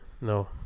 No